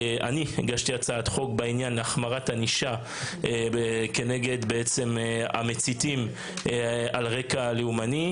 הגשתי הצעת חוק להחמרת הענישה נגד מציתים על רקע לאומני.